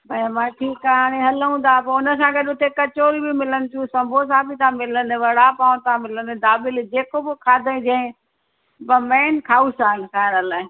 ऐं मां ठीकु आहे हाणे हलूं था पोइ हुन सां गॾु हुते कचौरी बि मिलनि थियूं संबोसा बि ता मिलनि वड़ापाव था मिलनि दाबेली जेको बि खादई जंहिं पर मेन खावसा आहिनि खाइण लाइ